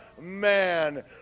man